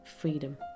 freedom